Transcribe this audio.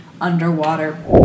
underwater